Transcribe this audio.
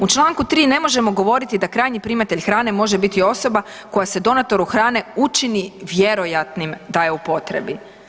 U članku 3. ne možemo govoriti da krajnji primatelj hrane može biti osoba koja se donatoru hrane učini vjerojatnim da je upotrebi.